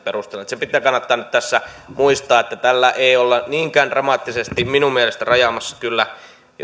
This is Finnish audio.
perusteella se kannattaa nyt tässä muistaa että tällä ei kyllä olla niinkään dramaattisesti minun mielestäni rajaamassa